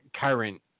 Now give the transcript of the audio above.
current